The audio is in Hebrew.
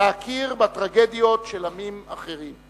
להכיר בטרגדיות של עמים אחרים.